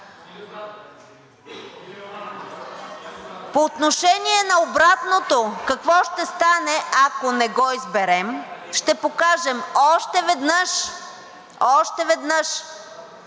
По отношение на обратното. Какво ще стане, ако не го изберем? Ще покажем още веднъж неуважението